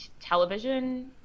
television